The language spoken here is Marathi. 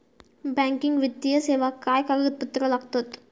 बँकिंग वित्तीय सेवाक काय कागदपत्र लागतत?